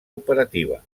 operativa